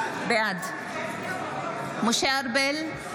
בעד משה ארבל,